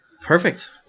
Perfect